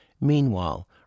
Meanwhile